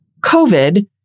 COVID